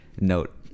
note